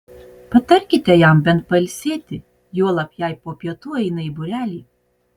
patarkite jam bent pailsėti juolab jei po pietų eina į būrelį